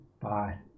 Bye